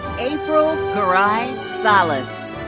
april garay salas.